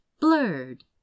blurred